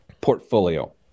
portfolio